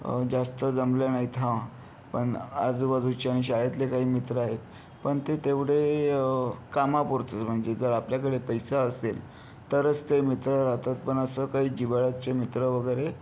जास्त जमल्या नाहीत हां पण आजूबाजूचे आणि शाळेतले काही मित्र आहेत पण ते तेवढे कामापुरतेच म्हणजे जर आपल्याकडे पैसा असेल तरच ते मित्र राहतात पण असं काही जिव्हाळ्याचे मित्र वगैरे